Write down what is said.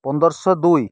ପନ୍ଦରଶହ ଦୁଇ